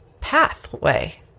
pathway